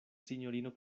sinjorino